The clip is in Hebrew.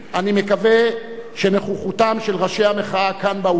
אני מקווה שנוכחותם של ראשי המחאה כאן באולם